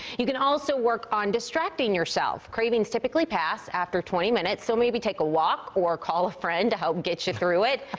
you can also work on distracting yourself, cravings typically pass after twenty minutes so take a walk or call a friend to help get you through it.